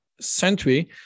century